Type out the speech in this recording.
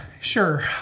Sure